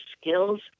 skills